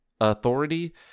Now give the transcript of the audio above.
Authority